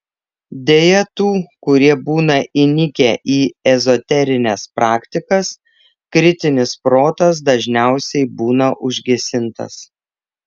deja tų kurie būna įnikę į ezoterines praktikas kritinis protas dažniausiai būna užgesintas